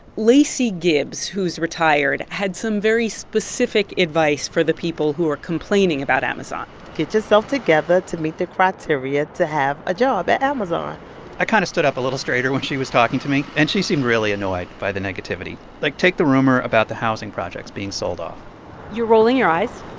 lacey gibbs, who's retired, had some very specific advice for the people who are complaining about amazon get yourself together to meet the criteria to have a job at amazon i kind of stood up a little straighter when she was talking to me. and she seemed really annoyed by the negativity. like, take the rumor about the housing projects being sold off you're rolling your eyes?